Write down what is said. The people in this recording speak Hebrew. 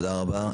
תודה רבה.